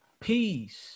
Peace